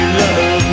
love